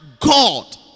God